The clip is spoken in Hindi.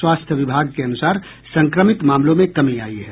स्वास्थ्य विभाग के अनुसार संक्रमित मामलों में कमी आई है